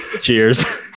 Cheers